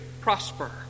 prosper